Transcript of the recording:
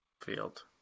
field